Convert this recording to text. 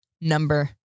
number